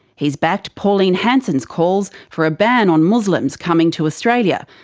he's backed pauline hanson's calls for a ban on muslims coming to australia,